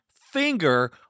finger